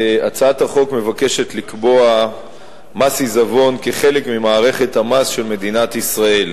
הצעת החוק מבקשת לקבוע מס עיזבון כחלק ממערכת המס של מדינת ישראל.